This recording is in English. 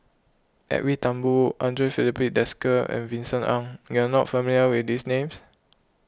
Edwin Thumboo andre Filipe Desker and Vincent Ng you are not familiar with these names